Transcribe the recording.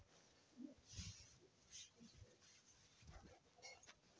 गुतवलेल्या पैशावर मले कितीक टक्के व्याज भेटन?